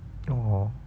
oh